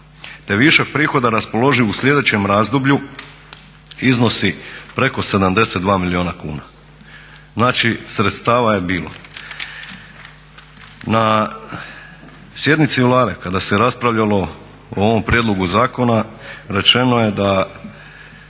te višak prihoda raspoloživ u slijedećem razdoblju iznosi preko 72 milijuna kuna." Znači sredstava je bilo. Na sjednici Vlade kada se raspravljalo o ovom prijedlogu zakona rečeno je da